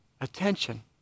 attention